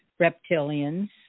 reptilians